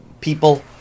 people